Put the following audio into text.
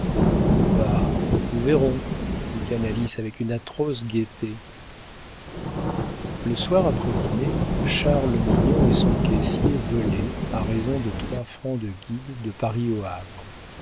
nous verrons dit canalis avec une atroce gaieté le soir après dîner charles mignon et son caissier volaient à raison de trois francs de guides de paris au havre